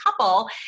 couple